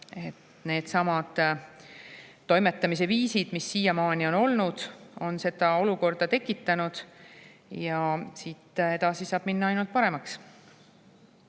Needsamad toimetamise viisid, mis siiamaani on olnud, on selle olukorra tekitanud, ja siit edasi saab minna ainult paremaks.